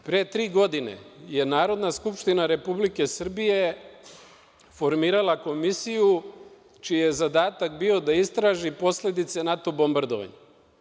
Pre tri godine je Narodna skupština Republike Srbije formirala Komisiju čiji je zadatak bio da istraži posledice NATO bombardovanja.